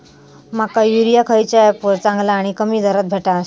माका युरिया खयच्या ऍपवर चांगला आणि कमी दरात भेटात?